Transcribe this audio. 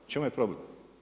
U čemu je problem?